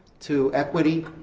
to equity,